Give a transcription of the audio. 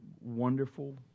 wonderful